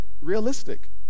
realistic